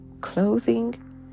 clothing